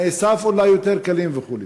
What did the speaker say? תנאי סף אולי יותר קלים וכו'?